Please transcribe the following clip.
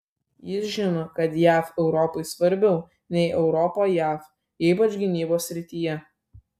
jis žino kad jav europai svarbiau nei europa jav ypač gynybos srityje